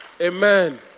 Amen